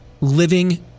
Living